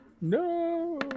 No